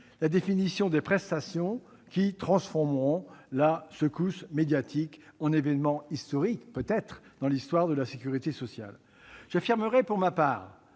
la définition des prestations qui transformeront- peut-être -la secousse médiatique en événement historique dans l'histoire de la sécurité sociale. J'affirmerai pour ma part